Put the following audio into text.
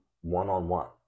one-on-one